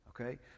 okay